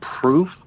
proof